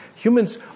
Humans